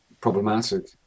problematic